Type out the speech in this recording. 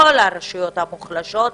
כל הרשויות המוחלשות,